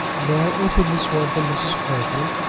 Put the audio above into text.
may i open this one from mrs. clavering?